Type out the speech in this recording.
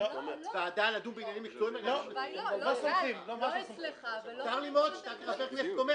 ועדה בעניינים מקצועיים -- -צר לי מאוד שאתה לא סומך.